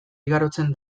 igarotzen